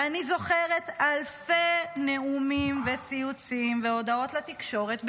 ואני זוכרת אלפי נאומים וציוצים והודעות לתקשורת בשמו,